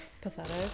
pathetic